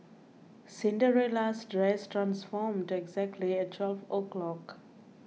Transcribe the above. Cinderella's dress transformed exactly at twelve o' clock